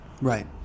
Right